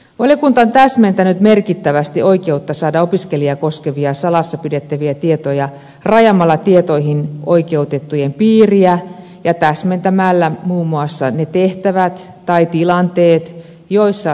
valiokunta on täsmentänyt merkittävästi oikeutta saada opiskelijaa koskevia salassapidettäviä tietoja rajaamalla tietoihin oikeutettujen piiriä ja täsmentämällä muun muassa ne tehtävät tai tilanteet joissa tietoja saa antaa